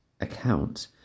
account